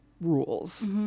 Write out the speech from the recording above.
rules